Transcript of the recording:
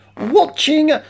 watching